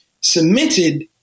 cemented